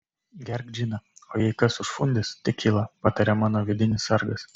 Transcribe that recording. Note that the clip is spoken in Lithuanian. gerk džiną o jei kas užfundys tekilą pataria mano vidinis sargas